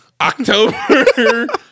October